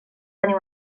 tenir